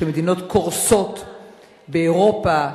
כשמדינות קורסות באירופה,